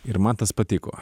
ir man tas patiko